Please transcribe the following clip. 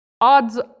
Odds